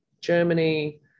Germany